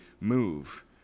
move